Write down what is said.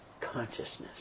consciousness